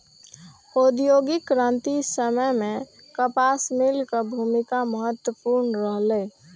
औद्योगिक क्रांतिक समय मे कपास मिल के भूमिका महत्वपूर्ण रहलै